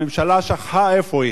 הממשלה שכחה איפה היא.